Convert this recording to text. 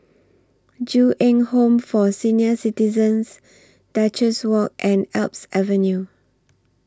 Ju Eng Home For Senior Citizens Duchess Walk and Alps Avenue